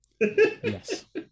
Yes